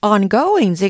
Ongoing